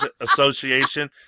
association